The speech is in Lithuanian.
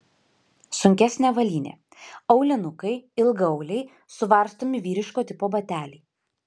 sunkesnė avalynė aulinukai ilgaauliai suvarstomi vyriško tipo bateliai